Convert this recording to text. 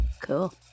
cool